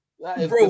bro